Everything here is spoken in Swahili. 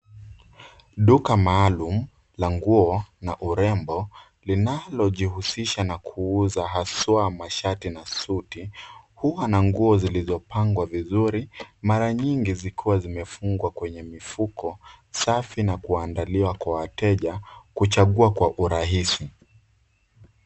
Duka maalumu la nguo na urembo linalojiusisha na kuuza haswa mashati na suti, huwa na nguo zilizopangwa vizuri, mara nyingi zikiwa zimefungwa kwenye mifuko safi, na kuandaliwa kwa wateja kuchagua kwa urahisi.